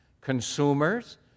Consumers